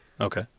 Okay